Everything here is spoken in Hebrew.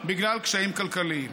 בגלל קשיים כלכליים.